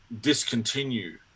discontinue